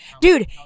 Dude